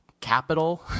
capital